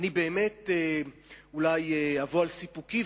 אני באמת אולי אבוא על סיפוקי,